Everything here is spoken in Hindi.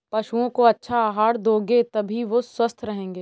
पशुओं को अच्छा आहार दोगे तभी वो स्वस्थ रहेंगे